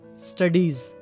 studies